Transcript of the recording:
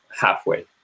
halfway